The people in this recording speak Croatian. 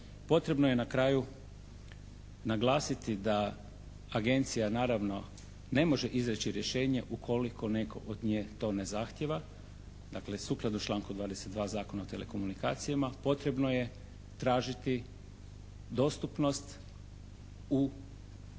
Potrebno je na kraju naglasiti da agencija naravno ne može izreći rješenje ukoliko netko od nje to ne zahtijeva, dakle sukladno članku 22. Zakona o telekomunikacijama potrebno je tražiti dostupnost u